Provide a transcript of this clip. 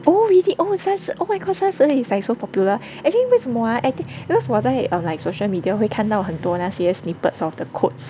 oh really oh 三十 oh my gosh 三十而已 is like so popular actually 为什么 ah I think because 我在 err like they have like social media 会看到很多那些 snippets of the quotes